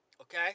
Okay